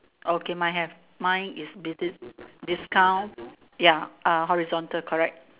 okay mine have mine is dis dis discount ya horizontal correct